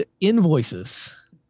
invoices